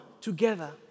together